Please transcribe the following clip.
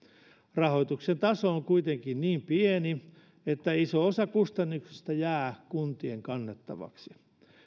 rahoituksen taso on kuitenkin niin pieni että iso osa kustannuksista jää kuntien kannettavaksi